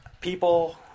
people